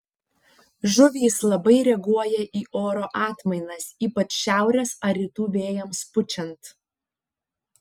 žuvys labai reaguoja į oro atmainas ypač šiaurės ar rytų vėjams pučiant